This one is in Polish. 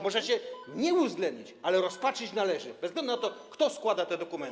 Możecie nie uwzględnić, ale rozpatrzeć należy, bez względu na to, kto składa te dokumenty.